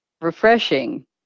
refreshing